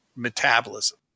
Metabolism